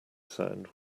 sound